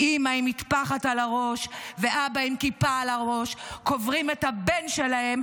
אימא עם מטפחת על הראש ואבא עם כיפה על הראש קוברים את הבן שלהם,